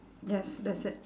yes that's it